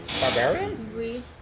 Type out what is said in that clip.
Barbarian